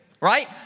right